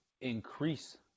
increase